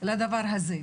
לדבר הזה.